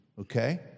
Okay